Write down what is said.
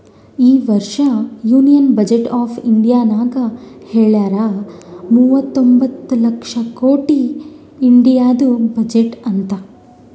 ಈ ವರ್ಷ union budget of ಇಂಡಿಯಾನಾಗ್ ಹೆಳ್ಯಾರ್ ಮೂವತೊಂಬತ್ತ ಲಕ್ಷ ಕೊಟ್ಟಿ ಇಂಡಿಯಾದು ಬಜೆಟ್ ಅಂತ್